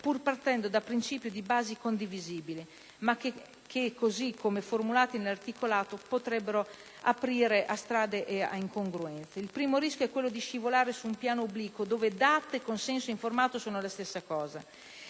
pur partendo da principi di base condivisibili, ma che così come formulati nell'articolato potrebbero aprire la strada a serie incongruenze. Il primo rischio è quello di scivolare su un piano obliquo dove DAT e consenso informato sono la stessa cosa.